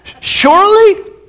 surely